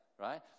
Right